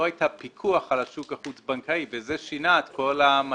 היה פיקוח על השוק החוץ בנקאי וזה שינה את כל המצב.